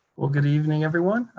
well, good evening everyone.